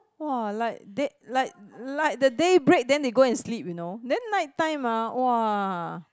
!wah! like day~ like like the daybreak then they go and sleep you know then night time ah !wah!